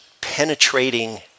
penetrating